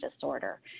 disorder